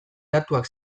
datuak